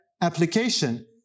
application